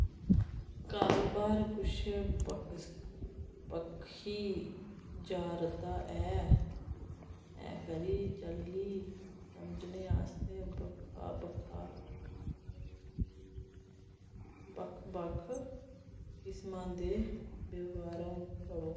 कारोबार कुछ बक्खी जा'रदा ऐ एह् खरी चाल्ली समझने आस्तै बक्ख बक्ख किसमां दे ब्यौरे पढ़ो